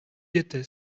était